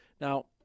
Now